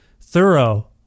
thorough